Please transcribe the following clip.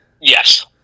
Yes